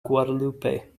guadeloupe